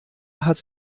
hat